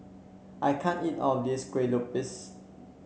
I can't eat all of this Kuih Lopes